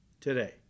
today